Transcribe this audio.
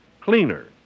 cleaner